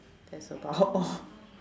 that's about all